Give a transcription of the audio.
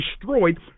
destroyed